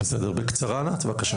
בסדר, בקצרה ענת בבקשה.